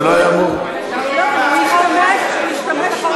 אבל הוא לא ענה על השאלה, אני לא מבין איך,